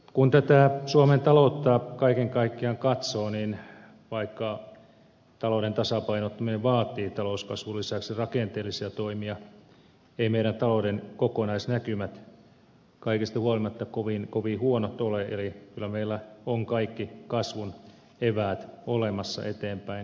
kun tätä suomen taloutta kaiken kaikkiaan katsoo niin vaikka talouden tasapainottaminen vaatii talouskasvun lisäksi rakenteellisia toimia ei meidän taloutemme kokonaisnäkymät kaikesta huolimatta kovin huonot ole eli kyllä meillä on kaikki kasvun eväät olemassa eteenpäin menemiseksi